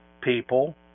people